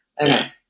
Okay